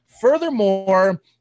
Furthermore